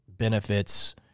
benefits